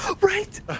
right